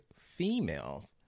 females